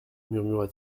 murmura